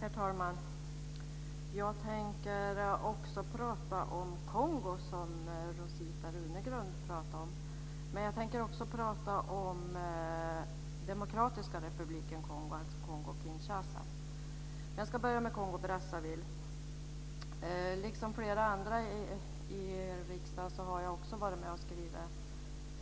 Herr talman! Jag tänker också prata om Kongo, som Rosita Runegrund pratade om, men också om Jag ska börja med Kongo-Brazzaville. Liksom flera andra i riksdagen har jag varit med om att skriva